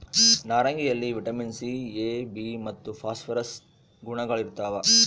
ನಾರಂಗಿಯಲ್ಲಿ vitamin C A B ಮತ್ತು phosphorus ಗುಣಗಳಿರ್ತಾವ